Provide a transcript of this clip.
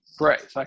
Right